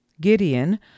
Gideon